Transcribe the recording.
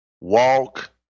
Walk